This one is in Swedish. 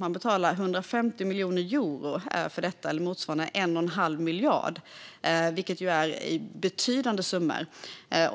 Man betalar 150 miljoner euro för detta, vilket motsvarar 1 1⁄2 miljard kronor. Det är betydande summor.